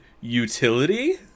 utility